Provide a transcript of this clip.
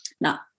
Now